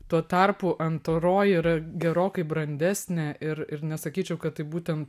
tuo tarpu antroji yra gerokai brandesnė ir ir net sakyčiau kad tai būtent